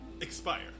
expire